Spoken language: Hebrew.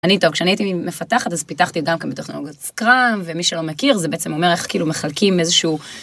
אני טוב כשאני הייתי מפתחת אז פיתחתי גם בטכנולוגיית סקראם, ומי שלא מכיר זה בעצם אומר איך כאילו מחלקים איזשהו.